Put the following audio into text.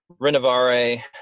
renovare